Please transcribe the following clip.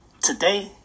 Today